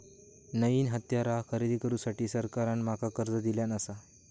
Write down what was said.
नईन हत्यारा खरेदी करुसाठी सरकारान माका कर्ज दिल्यानं आसा